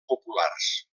populars